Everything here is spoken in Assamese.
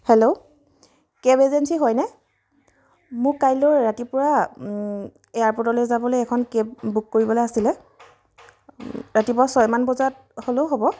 হেল্লো কেব এজেঞ্চি হয়নে মোক কাইলৈ ৰাতিপুৱা এয়াৰপ'ৰ্টলৈ যাবলৈ এখন কেব বুক কৰিবলৈ আছিলে ৰাতিপুৱা ছয়মান বজাত হ'লেও হ'ব